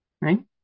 Right